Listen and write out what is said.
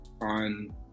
on